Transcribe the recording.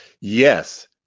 Yes